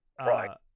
right